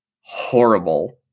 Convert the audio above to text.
horrible